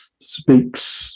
speaks